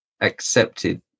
accepted